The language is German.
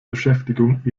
beschäftigung